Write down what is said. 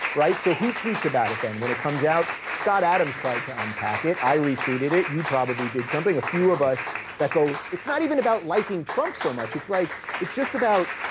right? so who tweets about it then when it comes out? scott adams tried to unpack it, i retweeted it, you probably did something, a few of us that go, it's not even about liking trump so much, it's like it's just about